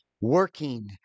working